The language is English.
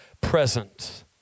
present